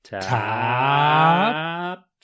Top